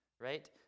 right